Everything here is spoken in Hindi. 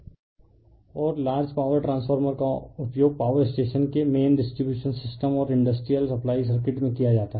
रिफर स्लाइड टाइम 1854 और लार्ज पॉवर ट्रांसफार्मर का उपयोग पावर स्टेशन के मैंन डिस्ट्रीब्यूशन सिस्टम और इंडस्ट्रियल सप्लाई सर्किट में किया जाता है